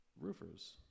roofers